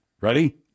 Ready